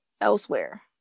elsewhere